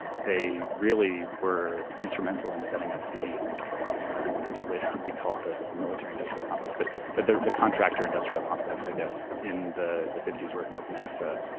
they really were instrumental in setting up the cause, what later would be called the the military industrial complex. but but the the contractor industrial complex, i guess, in the the fifties working with nasa.